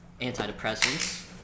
antidepressants